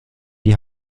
die